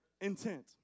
intent